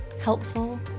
helpful